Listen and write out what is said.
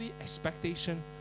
expectation